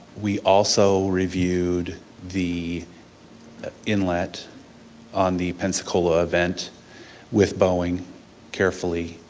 we also reviewed the inlet on the pensacola event with boeing carefully,